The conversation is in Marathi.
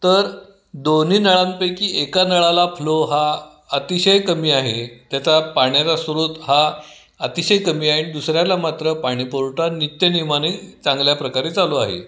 तर दोन्ही नळांपैकी एका नळाला फ्लो हा अतिशय कमी आहे त्याचा पाण्याचा स्रोत हा अतिशय कमी आहे आणि दुसऱ्याला मात्र पाणीपुरवठा नित्यनियमाने चांगल्या प्रकारे चालू आहे